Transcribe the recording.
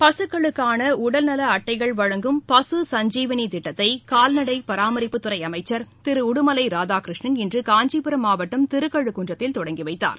பசுக்களுக்கான உடல்நல அட்டைகள் வழங்கும் பசு சஞ்சிவினி திட்டத்தை கால்நடை பாராமரிப்புத்துறை அமைச்சர் திரு உடுமலை ராதாகிருஷ்ணன் இன்று காஞ்சிபுரம் மாவட்டம் திருக்கழுக்குன்றத்தில் தொடங்கி வைத்தார்